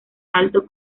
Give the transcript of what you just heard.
alto